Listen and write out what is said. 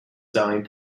selling